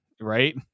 right